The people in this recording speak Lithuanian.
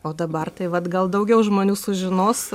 o dabar tai vat gal daugiau žmonių sužinos